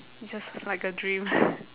it's just like a dream